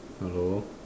hello